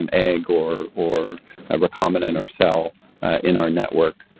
um egg or or ah recombinant or cell in our network.